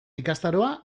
ikastaroa